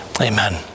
Amen